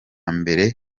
mbere